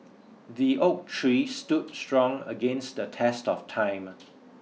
the oak tree stood strong against the test of time